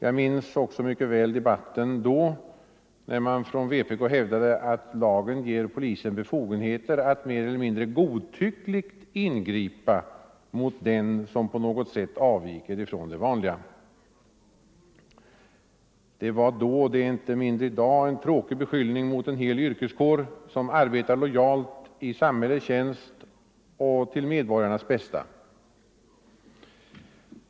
Jag minns också mycket väl debatten då när man från vpk hävdade att lagen ger polisen befogenheter att mer eller mindre godtyckligt ingripa mot dem som på något sätt avviker från det vanliga. Det var då — och är det inte mindre i dag — en tråkig beskyllning mot en hel yrkeskår som arbetar lojalt i samhällets tjänst och till medborgarnas bästa.